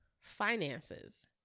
finances